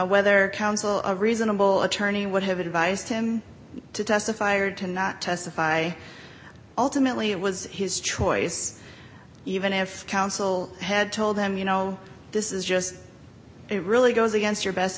ether counsel a reasonable attorney would have advised him to testify or to not testify ultimately it was his choice even if counsel had told him you know this is just it really goes against your best